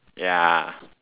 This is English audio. ya